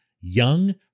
young